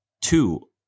two